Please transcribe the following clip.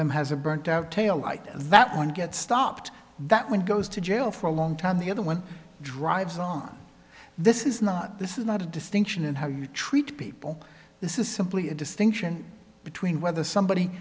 them has a burnt out taillight that one gets stopped that when he goes to jail for a long time the other one drives oh this is not this is not a distinction in how you treat people this is simply a distinction between whether somebody